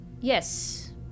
Yes